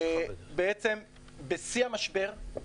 בשיא המשבר,